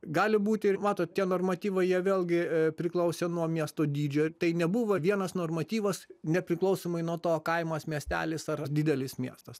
gali būti ir matot tie normatyvai jie vėlgi e priklausė nuo miesto dydžio tai nebuvo vienas normatyvas nepriklausomai nuo to kaimas miestelis ar didelis miestas